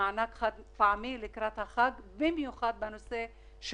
מענק חד פעמי לקראת החג, במיוחד לילדים.